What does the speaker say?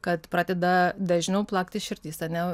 kad pradeda dažniau plakti širdis ar ne